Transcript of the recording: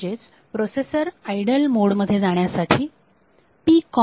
म्हणजेच processor idle mode मध्ये जाण्यासाठी PCON